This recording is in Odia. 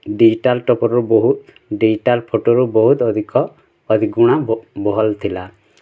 ଡିଜିଟାଲ୍ ଟପର୍ର ବହୁତ୍ ଡିଜିଟାଲ୍ ଫଟୋର ବହୁତ୍ ଅଧିକ ଅଧିଗୁଣା ଭଲ୍ ଥିଲା